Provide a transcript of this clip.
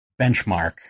benchmark